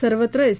सर्वत्र एस